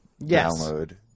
download